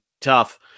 tough